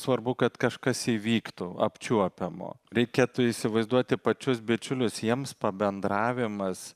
svarbu kad kažkas įvyktų apčiuopiamo reikėtų įsivaizduoti pačius bičiulius jiems pabendravimas